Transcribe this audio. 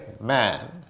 man